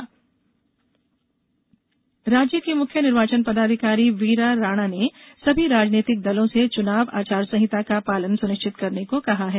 आचार संहिता राज्य की मुख्य निर्वाचन पदाधिकारी वीरा राणा ने सभी राजनीतिक दलोंसे चुनाव आचार संहिता का पालन सुनिश्चित करने को कहा है